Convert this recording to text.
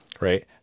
right